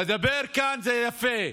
לדבר כאן זה יפה.